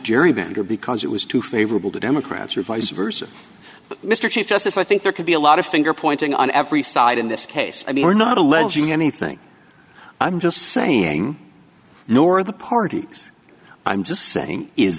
gerrymander because it was too favorable to democrats or vice versa but mr chief justice i think there could be a lot of finger pointing on every side in this case i mean we're not alleging anything i'm just saying nor the party's i'm just saying is